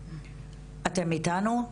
אתם איתנו?